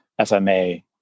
FMA